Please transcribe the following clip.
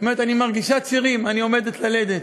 היא אומרת: אני מרגישה צירים, אני עומדת ללדת.